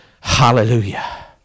Hallelujah